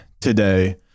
today